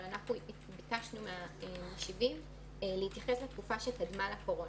אבל ביקשנו מהמשיבים להתייחס לתקופה שקדמה לקורונה.